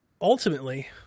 ultimately